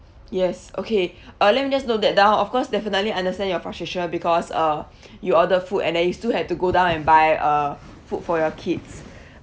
yes okay uh let me just note that down of course definitely understand your frustration because uh you ordered food and then you still had to go down and buy uh food for your kids